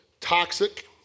toxic